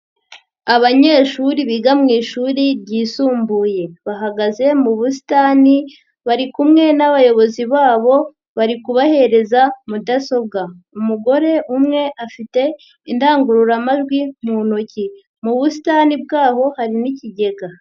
Abanyeshuri biga mu ishuri ryisumbuye. Bahagaze mu busitani, bari kumwe n'abayobozi babo, bari kubahereza mudasobwa. Umugore umwe afite indangururamajwi mu ntoki. Mu busitani bwaho harimo ikigega.